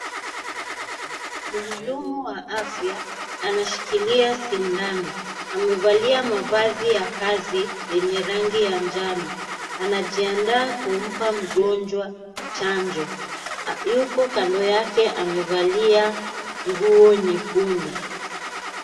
Mhudumu wa afya anashikilia sindano, amevalia mavazi ya kazi yenye rangi ya njano, anajiandaa kumpa mgonjwa chanjo yupo kando yake amevalia nguo nyekundu.